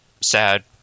sad